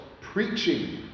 preaching